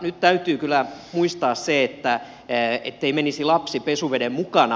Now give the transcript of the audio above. nyt täytyy kyllä muistaa se ettei menisi lapsi pesuveden mukana